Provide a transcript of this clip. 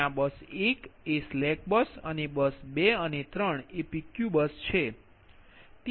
ત્યા બસ 1 એ slack bus અને બસ 2 અને બસ 3 એ PQ બસ છે